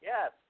Yes